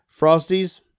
Frosties